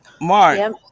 Mark